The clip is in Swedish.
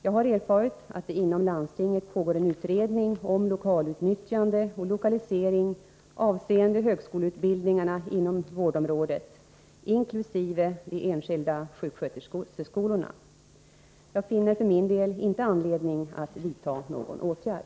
Jag har erfarit att det inom landstinget pågår en utredning om lokalutnyttjande och lokalisering avseende högskoleutbildningarna inom vårdområdet, inkl. de enskilda sjuksköterskeskolorna. Jag finner för min del inte anledning att vidta någon åtgärd.